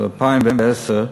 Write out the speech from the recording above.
מ-2010,